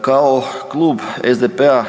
Kao Klub SDP-a